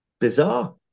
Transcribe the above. Bizarre